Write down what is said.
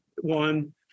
one